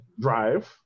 drive